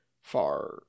far